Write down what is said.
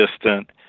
distant